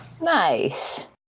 Nice